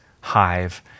hive